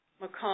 Macomb